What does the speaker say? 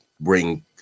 bring